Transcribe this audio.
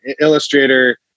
Illustrator